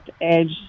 edge